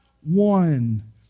one